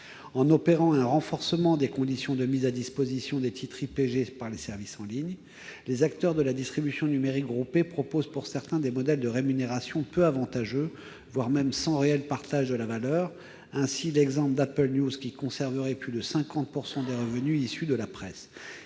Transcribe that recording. opérer un renforcement des conditions de mise à disposition des titres IPG par les services en ligne. Certains acteurs de la distribution numérique groupée proposent des modèles de rémunération peu avantageux, voire sans réel partage de la valeur- Apple News conserverait plus de 50 % des revenus issus de la presse